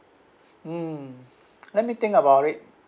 mm let me think about it